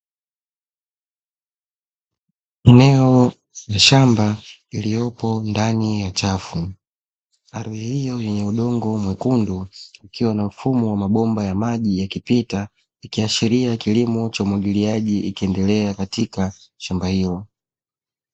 Eneo la shamba iliyopo ndani ya chafu. Ardhi hiyo yenye udongo mwekundu ikiwa na mfumo wa mabomba ya maji yakipita ikiashiria kilimo cha umwagiliaji ikiendelea katika shamba hilo.